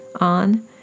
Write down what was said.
on